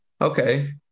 Okay